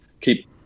keep